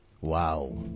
Wow